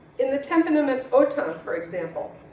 in the temperament autun, for example,